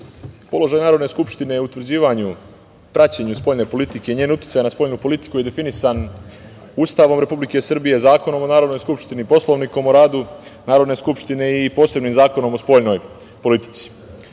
Položaj Narodne skupštine, utvrđivanju, praćenju spoljne politike i njen uticaj na spoljnu politiku je definisan Ustavom Republike Srbije, Zakonom o Narodnoj skupštini, Poslovnikom o radu Narodne skupštine i posebnim zakonom o spoljnoj politici. Kao